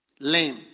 Lame